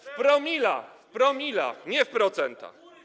W promilach - w promilach, nie w procentach.